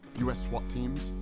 u s. swat teams,